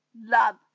love